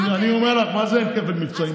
אני אומר לך, מה זה "אין כפל מבצעים"?